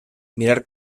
mirar